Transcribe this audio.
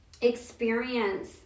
experience